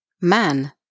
Man